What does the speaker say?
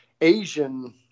Asian